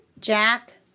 jack